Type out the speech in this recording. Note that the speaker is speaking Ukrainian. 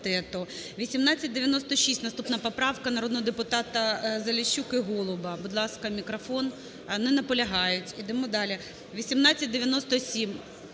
1896 наступна поправка, народного депутата Заліщук і Голуба.